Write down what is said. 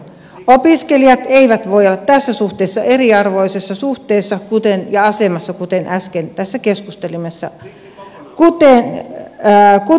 opiskelijat eivät voi olla tässä suhteessa eriarvoisessa asemassa kuten äsken tässä keskustelussa tuli esille